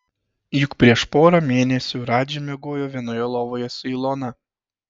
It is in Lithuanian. juk prieš porą mėnesių radži miegojo vienoje lovoje su ilona